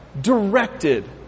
directed